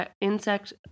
insect